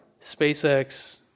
SpaceX